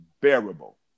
bearable